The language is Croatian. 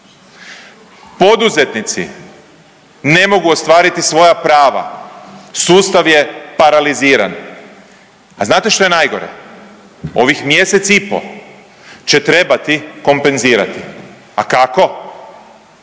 poduzetnici ne mogu ostvariti svoja prava, sustav je paraliziran, a znate što je najgore? Ovih mjesec i po će trebati kompenzirati, a kako?